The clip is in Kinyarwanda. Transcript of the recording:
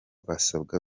basabwa